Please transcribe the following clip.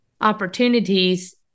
opportunities